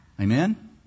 Amen